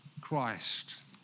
Christ